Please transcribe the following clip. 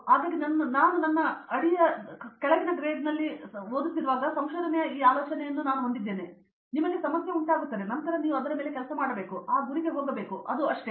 ಹಾಗಾಗಿ ನಾನು ನನ್ನ ಅಡಿಯಲ್ಲಿ ಗ್ರೇಡ್ ಮಾಡುತ್ತಿರುವಾಗ ಸಂಶೋಧನೆಯ ಈ ಆಲೋಚನೆಯನ್ನು ನಾನು ಹೊಂದಿದ್ದೇನೆ ನಿಮಗೆ ಸಮಸ್ಯೆ ಉಂಟಾಗುತ್ತದೆ ಮತ್ತು ನಂತರ ನೀವು ಅದರ ಮೇಲೆ ಕೆಲಸ ಮಾಡಬೇಕು ಮತ್ತು ನೀವು ಆ ಗುರಿಗೆ ಹೋಗಬೇಕು ಅದು ಅಷ್ಟೆ